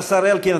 השר אלקין,